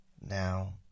now